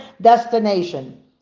destination